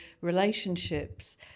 relationships